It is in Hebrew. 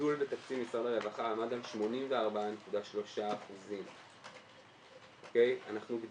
הגידול בתקציב משרד הרווחה עמד על 84.3%. אתה יודע